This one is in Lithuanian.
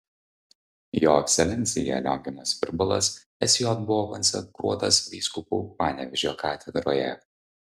jo ekscelencija lionginas virbalas sj buvo konsekruotas vyskupu panevėžio katedroje